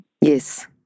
Yes